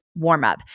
warmup